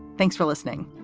thanks for listening.